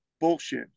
bullshit